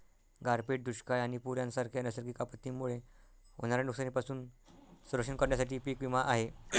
गारपीट, दुष्काळ आणि पूर यांसारख्या नैसर्गिक आपत्तींमुळे होणाऱ्या नुकसानीपासून संरक्षण करण्यासाठी पीक विमा आहे